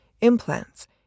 implants